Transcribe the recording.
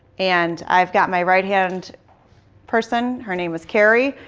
and i've got my right hand person. her name is carrie.